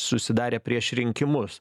susidarę prieš rinkimus